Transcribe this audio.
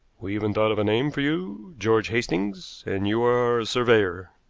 we even thought of a name for you george hastings and you are a surveyor.